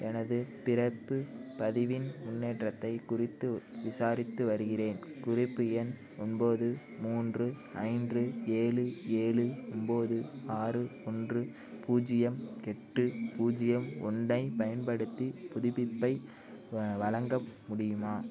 எனது பிறப்பு பதிவின் முன்னேற்றத்தைக் குறித்து விசாரித்து வருகிறேன் குறிப்பு எண் ஒன்போது மூன்று ஐந்து ஏழு ஏழு ஒன்போது ஆறு ஒன்று பூஜ்ஜியம் எட்டு பூஜ்ஜியம் ஒன்றைப் பயன்படுத்தி புதுப்பிப்பை வ வழங்கப் முடியுமா